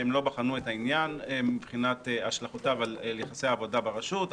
הוא שהם לא בחנו את העניין מבחינת השלכותיו על יחסי העבודה ברשות,